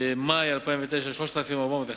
במאי 2009, 3,411,